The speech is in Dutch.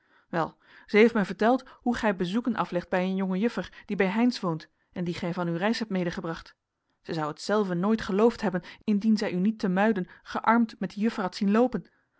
wel zij heeft mij verteld hoe gij bezoeken aflegt bij een jonge juffer die bij heynsz woont en die gij van uw reis hebt medegebracht zij zou het zelve nooit geloofd hebben indien zij u niet te muiden gearmd met die juffer had zien loopen